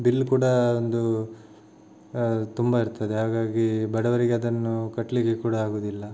bill ಕೂಡ ಒಂದು ತುಂಬ ಇರ್ತದೆ ಹಾಗಾಗಿ ಬಡವರಿಗೆ ಅದನ್ನು ಕಟ್ಟಲಿಕ್ಕೆ ಕೂಡ ಆಗುವುದಿಲ್ಲ